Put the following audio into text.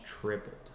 tripled